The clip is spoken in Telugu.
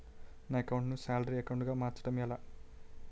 నా అకౌంట్ ను సాలరీ అకౌంట్ గా మార్చటం ఎలా?